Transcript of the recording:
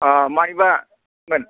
मानिबा मोन